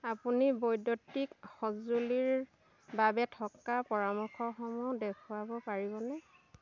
আপুনি বৈদ্যুতিক সঁজুলিৰ বাবে থকা পৰামৰ্শসমূহ দেখুৱাব পাৰিবনে